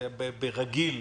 בימים רגילים,